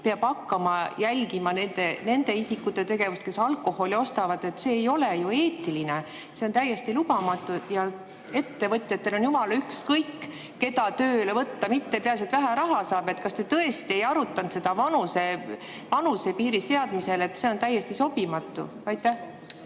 peab hakkama jälgima nende isikute tegevust, kes alkoholi ostavad. See ei ole ju eetiline. See on täiesti lubamatu. Ettevõtjatel on jumala ükskõik, keda tööle võtta, peaasi, et vähe raha saab [maksta]. Kas te tõesti ei arutanud vanuse piiri seadmisel seda, et see on täiesti sobimatu. Jah,